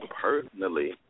personally